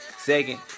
Second